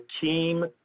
team